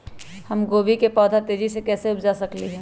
हम गोभी के पौधा तेजी से कैसे उपजा सकली ह?